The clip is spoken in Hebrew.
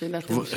שאלת המשך.